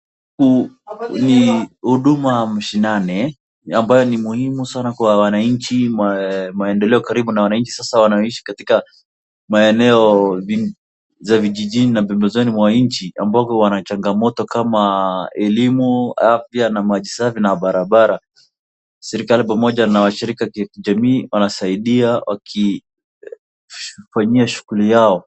Huduma ya mashinani, ambayo ni muhimu sana kwa wananchi, inakuza maendeleo karibu na wananchi. Sasa wanaoishi katika maeneo ya vijijini na pembezoni mwa nchi, ambao wana changamoto kama elimu, afya, maji safi, na barabara, serikali pamoja na washirika wanasaidia shughuli zao.